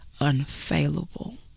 unfailable